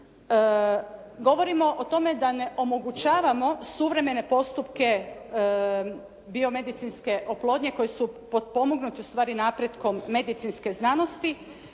govorimo o tome da ne omogućavamo suvremene postupku biomedicinske oplodnje koji su potpomognuti ustvari napretkom medicinske znanosti.